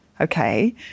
Okay